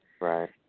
Right